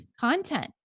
content